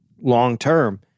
long-term